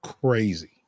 crazy